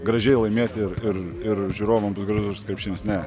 gražiai laimėti ir ir ir žiūrovam bus gražus krepšinis ne